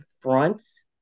fronts